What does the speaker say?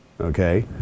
Okay